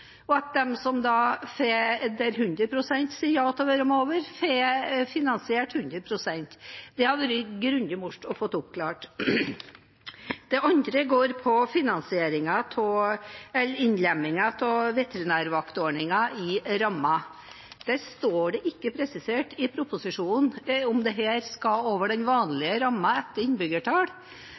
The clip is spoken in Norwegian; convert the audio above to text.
og at der 100 pst. sier ja til å være med over, får de finansiert 100 pst.? Det hadde det vært veldig bra å få oppklart. Det andre går på innlemmingen av veterinærvaktordningen i rammen. Det står ikke presisert i proposisjonen om dette skal inn i den vanlige rammen etter innbyggertall.